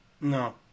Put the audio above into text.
No